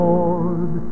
Lord